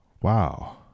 Wow